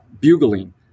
bugling